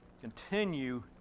continue